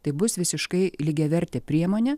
tai bus visiškai lygiavertė priemonė